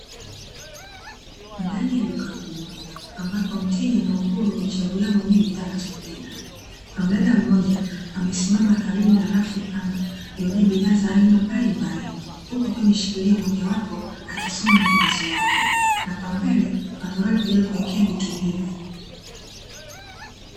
Ndani ya duka kubwa ambapo mteja ana uhuru wa kujichagulia bidhaa, mdada mmoja akaiwa amesimama karibu na rafu pana ikiwa imejaza bidhaa mbalimbali huku akiwa ameshikilia moja wapo akisoma maelezo yake na kwa mbele kitoroli kwa ajili ya kuwekea vitu.